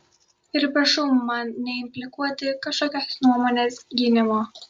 ir prašau man neimplikuoti kažkokios nuomonės gynimo